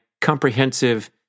comprehensive